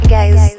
Guys